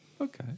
okay